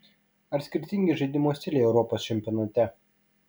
ar skirtingi žaidimo stiliai europos čempionate